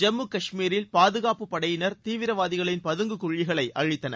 ஜம்மு கஷ்மீரில் பாதுகாப்பு படையினர் தீவிரவாதிகளின் பதுங்கு குழிகளை அழித்தனர்